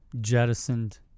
jettisoned